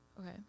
Okay